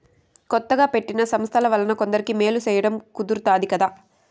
కొత్తగా పెట్టిన సంస్థల వలన కొందరికి మేలు సేయడం కుదురుతాది కదా